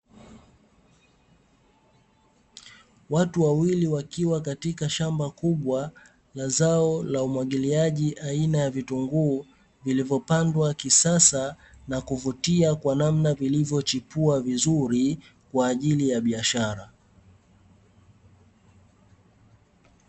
Watu wawili wakiwa katika shamba kubwa la zao la umwagiliaji aina ya vitunguu, vilivyopandwa kisasa na kuvutia kwa namna vilivyochipua vizuri, kwa ajili ya biashara.